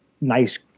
nice